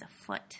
afoot